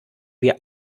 wir